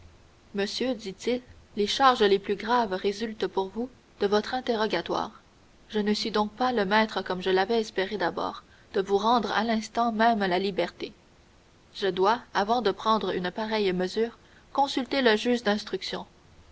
monsieur dit-il les charges les plus graves résultent pour vous de votre interrogatoire je ne suis donc pas le maître comme je l'avais espéré d'abord de vous rendre à l'instant même la liberté je dois avant de prendre une pareille mesure consulter le juge d'instruction